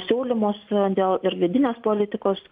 siūlymus dėl ir vidinės politikos